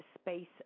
Space